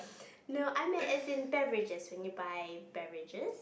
no I meant as in beverages when you buy beverages